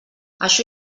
això